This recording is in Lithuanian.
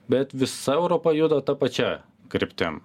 bet visa europa juda ta pačia kryptim